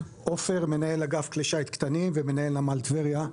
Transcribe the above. עופר, מנהל אגף כלי שיט קטנים ומנהל נמל טבריה.